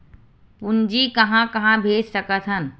पूंजी कहां कहा भेज सकथन?